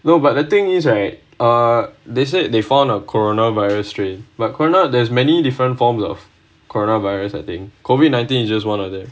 no but the thing is right err they said they found a corona virus strain but corona there's many different forms of corona virus I think COVID nineteen it's just one of them